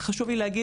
חשוב לי להגיד,